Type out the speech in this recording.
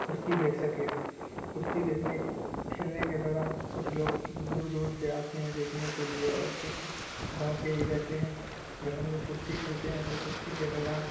کشتی دیکھ سکے کشتی دیکھنے کھیلنے کے دوران کچھ لوگ دور دور سے آتے ہیں دیکھنے کے لیے اور کچھ گاؤں کے ہی رہتے ہیں جب ہم لوگ کشتی کھیلتے ہیں تو کشتی کے دوران